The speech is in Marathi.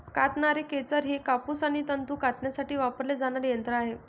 कातणारे खेचर हे कापूस आणि तंतू कातण्यासाठी वापरले जाणारे यंत्र आहे